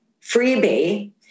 freebie